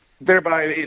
thereby